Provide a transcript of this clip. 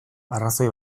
arrazoi